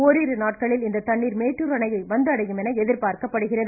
ஓரிரு நாட்களில் இந்த தண்ணீர் மேட்டுர் அணையை வந்தடையும் என எதிர்பார்க்கப்படுகிறது